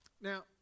Now